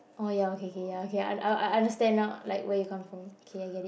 oh ya okay K ya okay I I understand now like where you come from K I get it